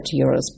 euros